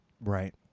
Right